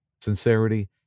sincerity